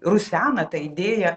rusena ta idėja